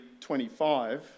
25